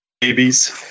babies